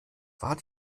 war